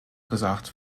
gesagt